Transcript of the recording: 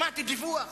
שמעתי דיווח,